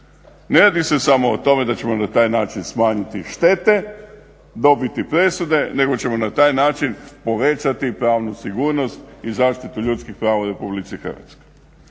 Ne radi se samo o tome da ćemo na taj način smanjiti štete dobiti presude, nego ćemo na taj način povećati pravnu sigurnost i zaštitu ljudskih prava u RH. Drugo,